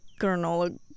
granola